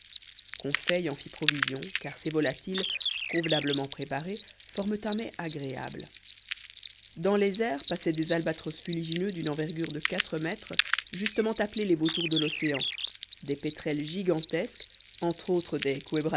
conseil en fit provision car ces volatiles convenablement préparés forment un mets agréable dans les airs passaient des albatros fuligineux d'une envergure de quatre mètres justement appelés les vautours de l'océan des pétrels gigantesques entre autres des